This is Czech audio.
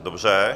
Dobře.